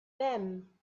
them